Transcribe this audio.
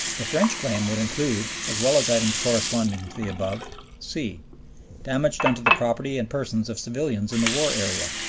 the french claim would include, as well as items corresponding to the above damage done to the property and persons of civilians in the war area,